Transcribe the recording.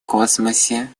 космосе